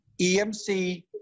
EMC